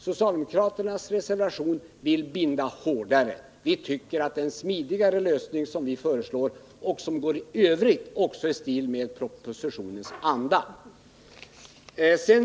Socialdemokraternas reservation binder hårdare, medan vi anser att vår lösning är smidigare och f. ö. mera i stil med propositionens anda.